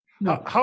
No